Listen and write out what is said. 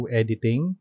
editing